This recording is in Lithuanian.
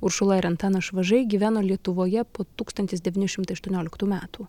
uršula ir antanas švažai gyveno lietuvoje po tūkstantis devyni šimtai aštuonioliktų metų